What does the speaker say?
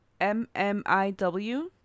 MMIW